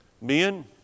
Men